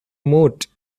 moot